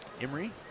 Emery